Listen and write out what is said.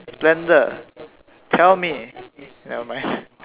splendour tell me never mind